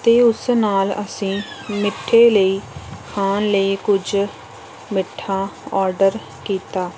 ਅਤੇ ਉਸ ਨਾਲ ਅਸੀਂ ਮਿੱਠੇ ਲਈ ਖਾਣ ਲਈ ਕੁਝ ਮਿੱਠਾ ਓਡਰ ਕੀਤਾ